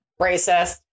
Racist